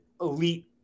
elite